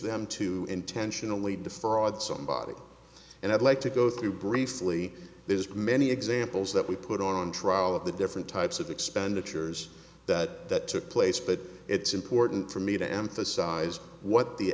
them to intentionally defraud somebody and i'd like to go through briefly there's many examples that we put on trial of the different types of expenditures that that took place but it's important for me to emphasize what the